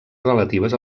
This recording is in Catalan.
relatives